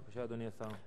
בבקשה, אדוני השר.